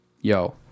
Yo